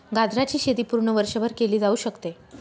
गाजराची शेती पूर्ण वर्षभर केली जाऊ शकते